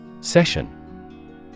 Session